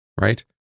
right